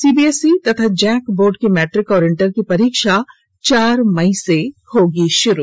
CBSE और JAC board की matric और इंटर की परीक्षा चार मई से होगी भारू